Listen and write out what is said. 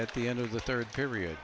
at the end of the third period